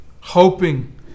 hoping